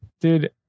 dude